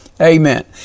Amen